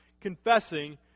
confessing